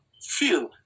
Feel